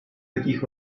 таких